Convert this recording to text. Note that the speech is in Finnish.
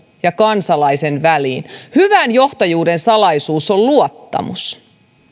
ja kansalaisen väliin hyvän johtajuuden salaisuus on luottamus